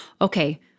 okay